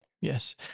Yes